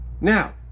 Now